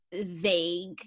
vague